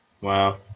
Wow